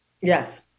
Yes